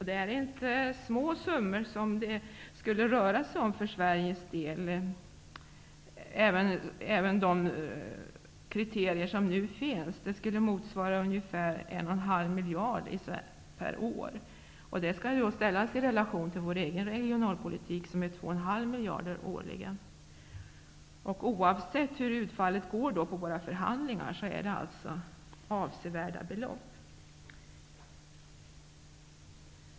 Det är inte några små summor som det skulle röra sig om för Sveriges del. Det skulle motsvara ungefär 1,5 miljarder per år. Det skall ställas i relation till det som satsas på vår egen regionalpolitik, nämligen 2,5 miljarder årligen. Oavsett hur utfallet av våra förhandlingar blir, handlar det alltså om avsevärda belopp.